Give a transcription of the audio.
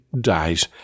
dies